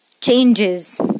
changes